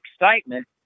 excitement